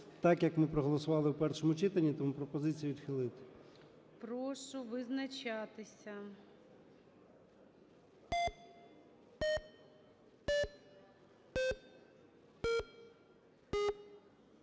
так, як ми проголосували в першому читанні. Тому пропозиція відхилити. ГОЛОВУЮЧИЙ. Прошу визначатися.